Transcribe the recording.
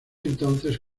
entonces